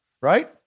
right